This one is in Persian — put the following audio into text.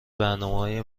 برنامههای